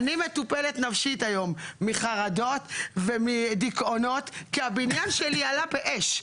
אני מטופלת נפשית היום מחרדות ומדיכאונות כי הבניין שלי עלה באש.